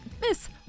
Miss